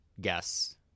guess